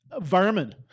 vermin